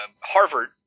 Harvard